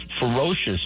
ferocious